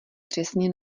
přesně